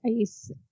ICE